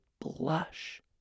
blush